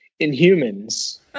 Inhumans